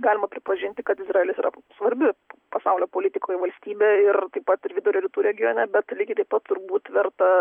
galima pripažinti kad izraelis yra svarbi pasaulio politikoj valstybė ir taip pat ir vidurio rytų regione bet lygiai taip pat turbūt verta